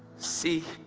see,